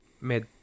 Mid